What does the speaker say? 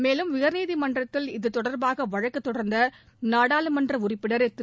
மேலும் உயர்நீதிமன்றத்தில் இது தொடர்பாக வழக்கு தொடர்ந்த நாடாளுமன்ற உறுப்பினர் திரு